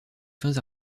fins